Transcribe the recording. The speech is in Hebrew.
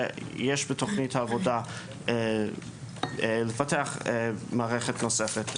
שיש בתכנית העבודה לפתח מערכת נוספת,